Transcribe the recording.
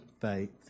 faith